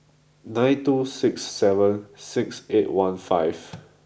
nine two six seven six eight one five